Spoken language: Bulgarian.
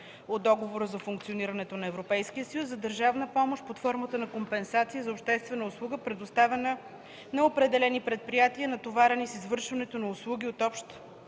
от Договора за функциониране на Европейския съюз за държавната помощ под формата на компенсация за обществена услуга, предоставена на определени предприятия, натоварени с извършването на услуги от общ